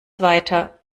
weiter